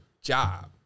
job